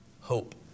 hope